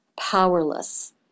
powerless